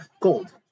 Gold